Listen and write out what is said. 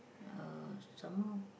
oh some more